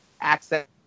access